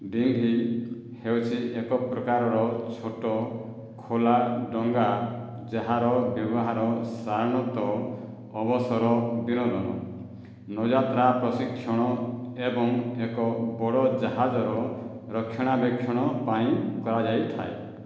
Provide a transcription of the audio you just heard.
ଡିଙ୍ଘୀ ହେଉଛି ଏକ ପ୍ରକାରର ଛୋଟ ଖୋଲା ଡଙ୍ଗା ଯାହାର ବ୍ୟବହାର ସାଧାରଣତଃ ଅବସର ବିନୋଦନ ନୌଯାତ୍ରା ପ୍ରଶିକ୍ଷଣ ଏବଂ ଏକ ବଡ଼ ଜାହାଜର ରକ୍ଷଣାବେକ୍ଷଣ ପାଇଁ କରାଯାଇଥାଏ